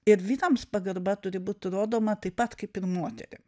ir vyrams pagarba turi būt rodoma taip pat kaip moterims